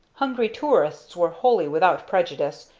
hungry tourists were wholly without prejudice,